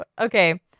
Okay